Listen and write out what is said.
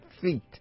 feet